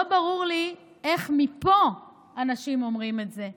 לא ברור לי איך מפה אנשים אומרים את זה.